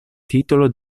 titolo